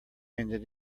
ended